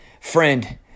friend